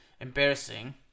embarrassing